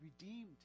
redeemed